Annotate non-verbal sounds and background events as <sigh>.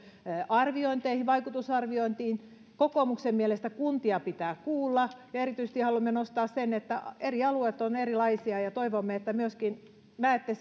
vaikutusarviointiin kokoomuksen mielestä kuntia pitää kuulla ja erityisesti haluamme nostaa esiin sen että eri alueet ovat erilaisia ja toivomme että myöskin te näette <unintelligible>